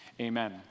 Amen